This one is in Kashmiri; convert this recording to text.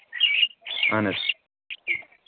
اَہن حظ